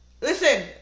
Listen